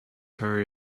hurry